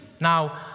Now